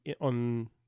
on